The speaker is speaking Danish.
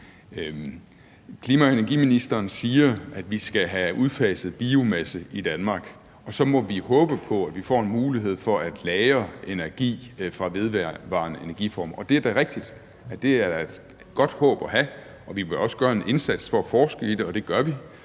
og forsyningsministeren siger, at vi skal have udfaset biomasse i Danmark, og at vi så må håbe på, at vi får en mulighed for at lagre energi fra vedvarende energiformer. Og det er da rigtigt, at det er et godt håb at have, og vi bør også gøre en indsats for at forske i det – og det gør vi